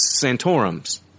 Santorums